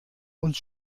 uns